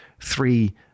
three